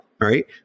right